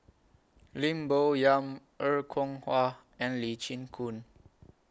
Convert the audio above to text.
Lim Bo Yam Er Kwong Wah and Lee Chin Koon